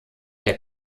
der